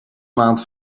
maand